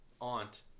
aunt